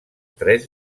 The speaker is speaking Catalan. tres